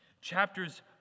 Chapters